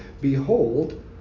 Behold